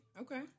okay